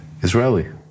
Israeli